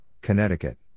Connecticut